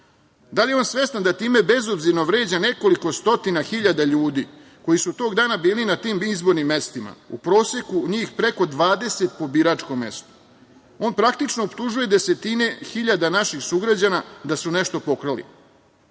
Da li je on svestan da time bezobzirno vređa nekoliko stotina hiljada ljudi koji su tog dana bili na tim izbornim mestima? U proseku njih preko 20 po biračkom mestu. On praktično optužuje desetine hiljada naših sugrađana da su nešto pokrali.